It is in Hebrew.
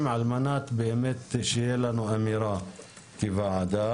על מנת באמת שיהיה לנו אמירה כוועדה.